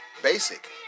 basic